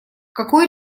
какой